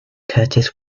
curtis